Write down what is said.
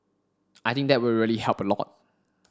I think that will really help a lot